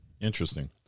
Interesting